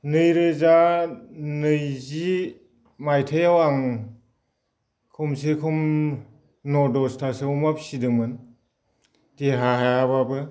नैरोजा नैजि मायथाइआव आं खमसेखम न' दसथासो अमा फिदोंमोन देहा हायाब्लाबो